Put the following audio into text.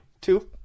two